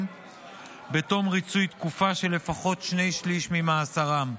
בתום ריצוי תקופה של לפחות שני שלישים ממאסרם.